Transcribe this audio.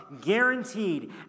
guaranteed